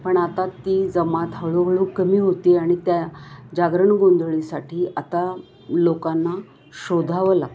पण आता ती जमात हळूहळू कमी होती आणि त्या जागरण गोंंधळीसाठी आता लोकांना शोधावं लागतं